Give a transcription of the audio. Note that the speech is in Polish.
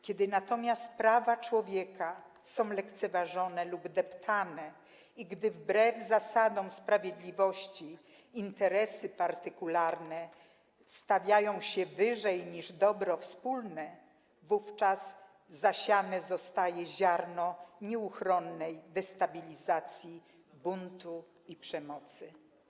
Kiedy natomiast prawa człowieka są lekceważone lub deptane i gdy wbrew zasadom sprawiedliwości interesy partykularne stawia się wyżej niż dobro wspólne, wówczas zasiane zostaje ziarno nieuchronnej destabilizacji, buntu i przemocy.